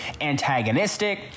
antagonistic